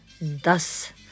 Thus